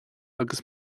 agus